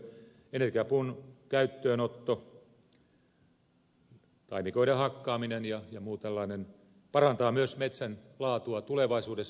energiapuun käyttöönotto taimikoiden hakkaaminen ja muu tällainen parantaa myös metsän laatua tulevaisuudessa